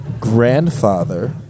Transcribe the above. grandfather